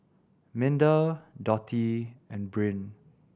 Minda Dotty and Bryn